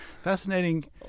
Fascinating